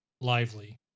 lively